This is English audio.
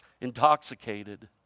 intoxicated